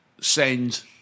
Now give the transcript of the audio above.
send